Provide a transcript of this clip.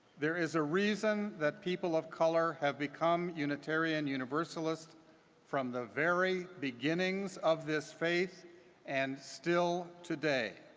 there is a reason that people of color have become unitarian universalist from the very beginnings of this faith and still today.